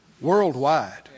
Worldwide